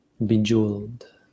bejeweled